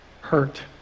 hurt